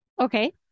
Okay